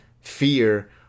fear